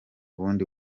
bundi